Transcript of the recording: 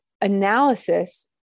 analysis